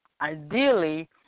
Ideally